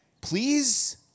Please